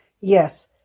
Yes